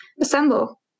assemble